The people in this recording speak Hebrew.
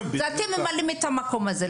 אתם ממלאים את המקום הזה.